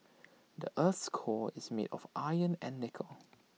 the Earth's core is made of iron and nickel